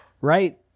Right